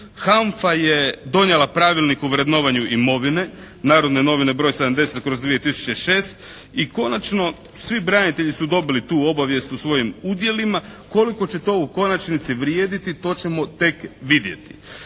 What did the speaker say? HANFA je donijela Pravilnik o vrednovanju imovine, Narodne novine broj 70/2006 i konačno svi branitelji su dobili tu obavijest o svojim udjelima. Koliko će to u konačnici vrijediti to ćemo tek vidjeti.